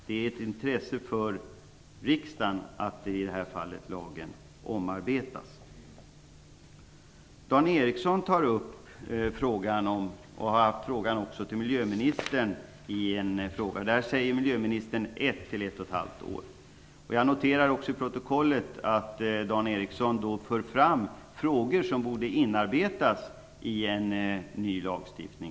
Det är av intresse för riksdagen att lagen omarbetas. Dan Ericsson tog upp frågan - som han också har ställt till miljöministern - om tiden. Miljöministern säger ett till ett och ett halvt år. Jag noterar också att det av protokollet framgår att Dan Ericsson för fram frågor som borde inarbetas i en ny lagstiftning.